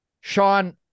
Sean